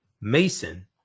Mason